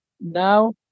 now